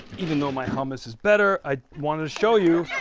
even though my hummus is better i wanted to show you